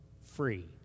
free